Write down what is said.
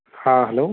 हाँ हैलो